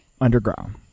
Underground